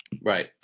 Right